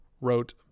wrote